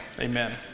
amen